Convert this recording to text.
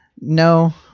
No